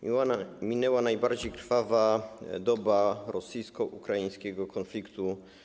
Minęła najbardziej krwawa doba rosyjsko-ukraińskiego konfliktu.